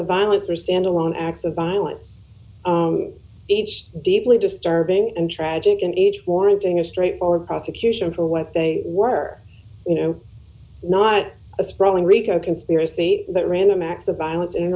of violence are standalone acts of violence each deeply disturbing and tragic in each warranting a straightforward prosecution for what they were you know not a sprawling rico conspiracy that random acts of violence in